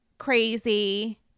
Crazy